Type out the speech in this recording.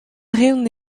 reont